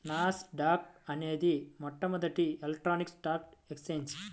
నాస్ dock అనేది మొట్టమొదటి electronic stock exchange